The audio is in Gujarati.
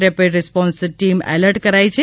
રેપિડ રિસ્પોન્સ ટીમ એલર્ટ કરાઇ છે